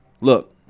look